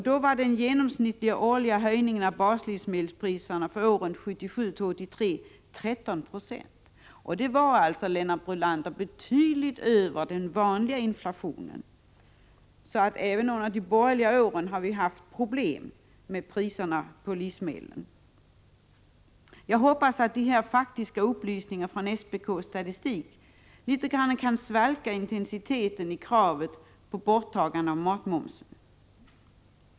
Då var den genomsnittliga årliga höjningen av priserna på baslivsmedel från 1977 till 1983 13,5 0. Det var, Lennart Brunander, betydligt över den vanliga inflationen. Även under de borgerliga åren har vi haft problem med priserna på livsmedel. Jag hoppas att dessa faktiska upplysningar från SPK:s statistik litet kan svalka intensiteten i kravet på borttagandet av matmomsen.